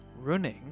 running